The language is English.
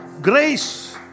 Grace